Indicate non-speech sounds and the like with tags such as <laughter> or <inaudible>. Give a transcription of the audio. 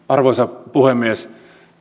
<unintelligible> arvoisa puhemies